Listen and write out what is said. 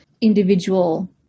individual